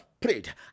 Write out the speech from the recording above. prayed